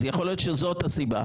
אז יכול להיות שזאת הסיבה.